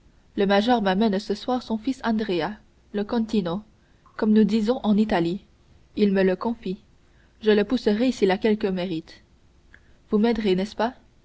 le major m'amène ce soir son fils andrea le contino comme nous disons en italie il me le confie je le pousserai s'il a quelque mérite vous m'aiderez n'est-ce pas